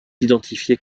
identifiés